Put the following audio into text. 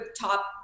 top